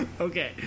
Okay